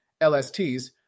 LSTs